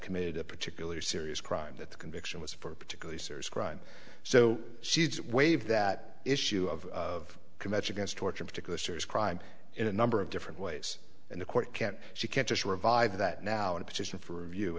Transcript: committed a particular serious crime that the conviction was for a particularly serious crime so she's waived that issue of committee against torture a particular serious crime in a number of different ways and the court can't she can't just revive that now and petition for review